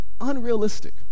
unrealistic